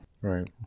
Right